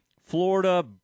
Florida